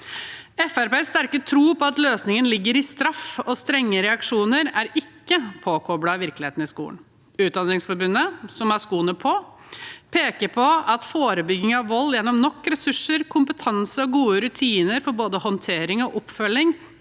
sterke tro på at løsningen ligger i straff og strenge reaksjoner, er ikke påkoblet virkeligheten i skolen. Utdanningsforbundet, som har skoene på, peker på at forebygging av vold gjennom nok ressurser, kompetanse og gode rutiner for både håndtering og oppfølging